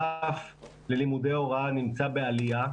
הרף ללימודי הוראה נמצא בעלייה,